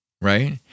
right